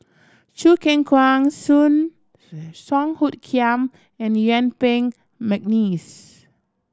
Choo Keng Kwang Soon Song Hoot Kiam and Yuen Peng McNeice